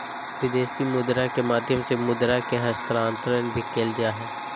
विदेशी मुद्रा के माध्यम से मुद्रा के हस्तांतरण भी करल जा हय